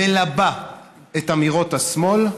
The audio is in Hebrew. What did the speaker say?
מלבה את אמירות השמאל,